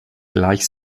gleich